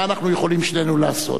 מה אנחנו יכולים שנינו לעשות?